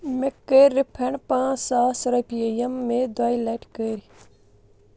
مےٚ کٔرۍ رِفنڈ پانٛژھ ساس رۄپیہِ یِم مےٚ دۄیہِ لَٹہِ کٔرۍ